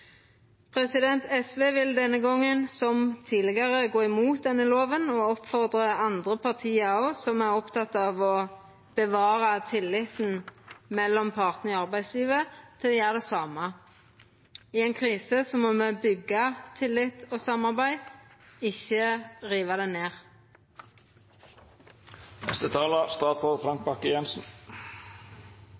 SV vil denne gongen, som tidlegare, gå imot denne loven, og me oppmodar òg andre parti som er opptekne av å bevara tilliten mellom partane i arbeidslivet, til å gjera det same. I ein krise må me byggja tillit og samarbeid, ikkje riva det